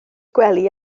gwely